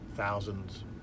thousands